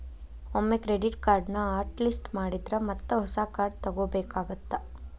ಒಮ್ಮೆ ಕ್ರೆಡಿಟ್ ಕಾರ್ಡ್ನ hot list ಮಾಡಿದ್ರ ಮತ್ತ ಹೊಸ ಕಾರ್ಡ್ ತೊಗೋಬೇಕಾಗತ್ತಾ